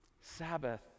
Sabbath